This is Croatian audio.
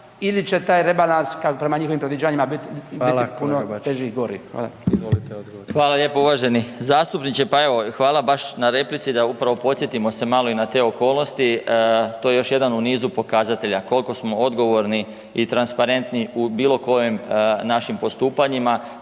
će taj rebalans kao prema njihovim predviđanjima biti puno teži i gori? Hvala. **Jandroković, Gordan (HDZ)** Hvala kolega Bačić. Izvolite odgovor. **Marić, Zdravko** Hvala lijepo uvaženi zastupniče. Pa evo, hvala baš na replici da upravo podsjetimo se malo i na te okolnosti. To je još jedan u nizu pokazatelja koliko smo odgovorni i transparentni u bilo kojim našim postupanjima,